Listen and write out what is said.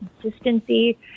consistency